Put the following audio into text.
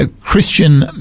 Christian